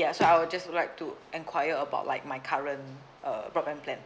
ya so I'll just like to enquire about like my current uh broadband plan